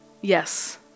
Yes